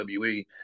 WWE